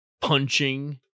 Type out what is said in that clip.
Punching